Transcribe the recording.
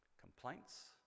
complaints